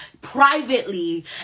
privately